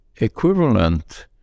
equivalent